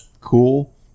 cool